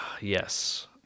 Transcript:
Yes